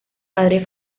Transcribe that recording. padre